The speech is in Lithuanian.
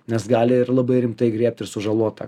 nes gali ir labai rimtai griebt ir sužalot tą